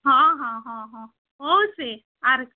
ହଁ ହଁ ହଁ ହଁ ହଉ ସେ ଆର୍